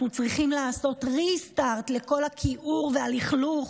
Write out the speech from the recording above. אנחנו צריכים לעשות ריסטרט לכל הכיעור והלכלוך